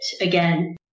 again